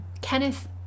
Kenneth